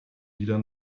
wieder